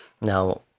Now